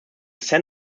san